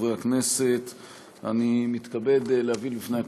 הנני מתכבדת להודיעכם,